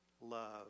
love